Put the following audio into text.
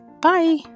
Bye